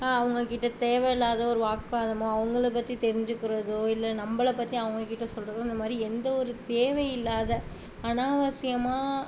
அவங்ககிட்ட தேவை இல்லாத ஒரு வாக்குவாதமோ அவங்கள பற்றி தெரிஞ்சுக்கிறதோ இல்லை நம்மள பற்றி அவங்ககிட்ட சொல்கிறதோ இந்த மாதிரி எந்த ஒரு தேவை இல்லாத அனாவசியமாக